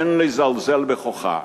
אין לזלזל בכוחה,